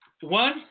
one